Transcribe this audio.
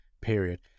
period